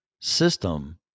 system